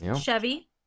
Chevy